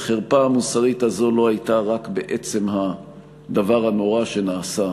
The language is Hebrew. החרפה המוסרית הזאת לא הייתה רק בעצם הדבר הנורא שנעשה,